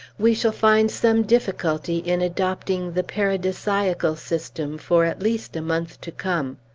we shall find some difficulty in adopting the paradisiacal system for at least a month to come.